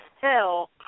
hell